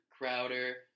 Crowder